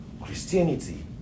Christianity